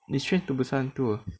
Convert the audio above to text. is Train to Busan two